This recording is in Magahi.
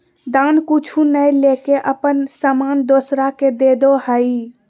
दान कुछु नय लेके अपन सामान दोसरा के देदो हइ